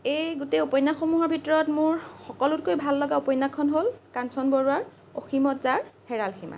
এই গোটেই উপন্যাসসমূহৰ ভিতৰত মোৰ সকলোতকৈ ভাল লগা উপন্যাসখন হ'ল কাঞ্চন বৰুৱাৰ অসীমত যাৰ হেৰাল সীমা